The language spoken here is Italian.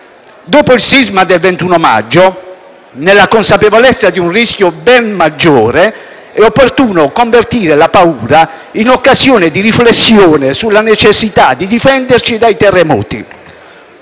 Dopo il sisma del 21 maggio, nella consapevolezza di un rischio ben maggiore, è opportuno convertire la paura in occasione di riflessione sulla necessità di difenderci dai terremoti.